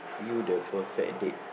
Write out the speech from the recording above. you the perfect date